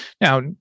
Now